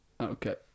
Okay